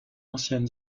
ancienne